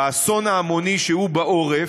באסון ההמוני שהוא בעורף,